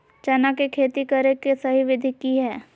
चना के खेती करे के सही विधि की हय?